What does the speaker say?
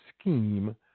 scheme